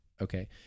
okay